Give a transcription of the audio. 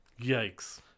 Yikes